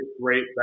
great